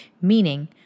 Meaning